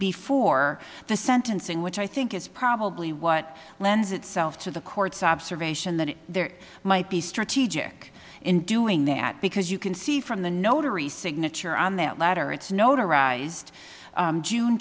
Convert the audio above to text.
before the sentencing which i think is probably what lends itself to the court's observation that there might be strategic in doing that because you can see from the notary signature on that letter it's notarized june